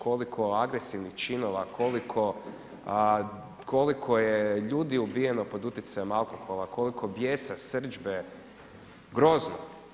Koliko agresivnih činova, koliko je ljudi ubijeno pod utjecajem alkohola, koliko bijesa, srdžbe, grozno.